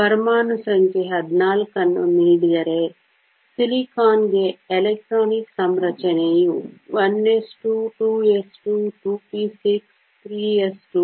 ಪರಮಾಣು ಸಂಖ್ಯೆ 14 ಅನ್ನು ನೀಡಿದರೆ ಸಿಲಿಕಾನ್ಗೆ ಎಲೆಕ್ಟ್ರಾನಿಕ್ ಸಂರಚನೆಯು 1s2 2s2 2p6 3s2 3p6 ಆಗಿದೆ